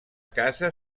casa